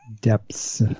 Depths